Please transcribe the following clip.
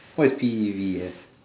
what is P E E V E S